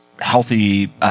healthy